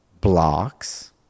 blocks